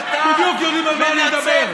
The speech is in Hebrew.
יודעים בדיוק על מה אני מדבר.